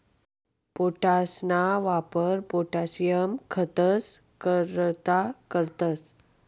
पोटाशना वापर पोटाशियम खतंस करता करतंस